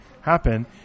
happen